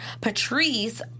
Patrice